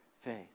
faith